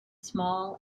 small